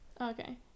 Okay